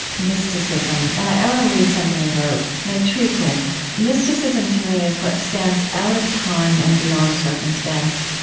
mysticism. and i want to read something you wrote. it and intrigued me mysticism, to me, is what stands out of time and beyond circumstance.